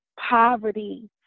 poverty